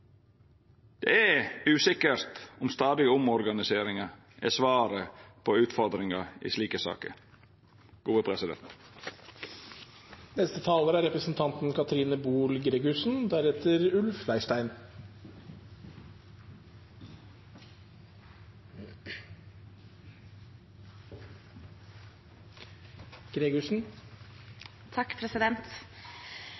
Det er usikkert om stadige organiseringar er svaret på utfordringar i slike saker.